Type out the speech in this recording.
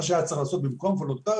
מה שהיה צריך לעשות במקום וולונטריות,